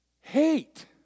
hate